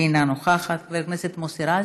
אינה נוכחת, חבר הכנסת מוסי רז,